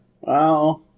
Wow